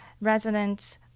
residents